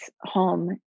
home